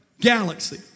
galaxy